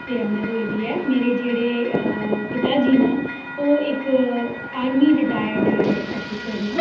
दे अंदर होई दी ऐ मेरे जेह्ड़े अऽ पिता जी न ओह् इक आर्मी रिटायर्ड ऑफिसर न